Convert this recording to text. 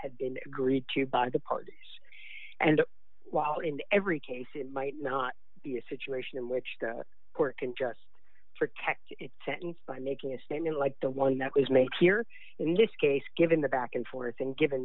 had been agreed to by the parties and while in every case it might not be a situation in which the court can just protect tenants by making a statement like the one that was making here in this case given the back and forth and given